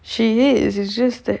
she is it's just that